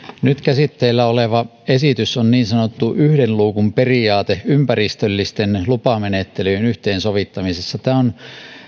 nyt käsitteillä oleva esitys on niin sanottu yhden luukun periaate ympäristöllisten lupamenettelyjen yhteensovittamisessa tämä on